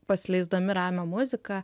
pasileisdami ramią muziką